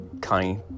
Connie